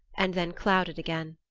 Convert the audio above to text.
and then clouded again.